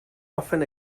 often